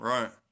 Right